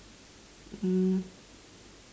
um